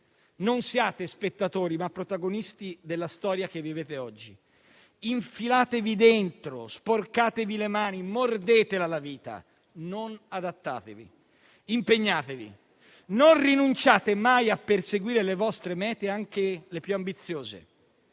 non siate spettatori, ma protagonisti della storia che vivete oggi; infilatevi dentro, sporcatevi le mani, mordetela la vita, non "adattatevi", impegnatevi, non rinunciate mai a perseguire le vostre mete, anche le più ambiziose,